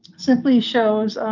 simply shows